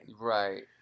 Right